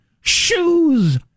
Shoes